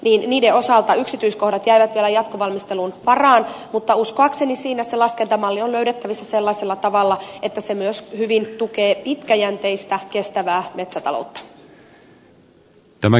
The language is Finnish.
idi tämmöinen päästövähennystavoite yksityiskohdat jäivät vielä jatkovalmistelun varaan mutta uskoakseni siinä se laskentamalli on löydettävissä sellaisella tavalla että se myös hyvin tukee pitkäjänteistä kestävää metsätaloutta